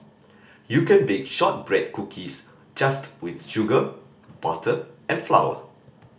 you can bake shortbread cookies just with sugar butter and flower